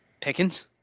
Pickens